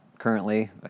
Currently